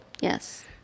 Yes